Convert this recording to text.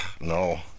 no